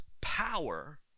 power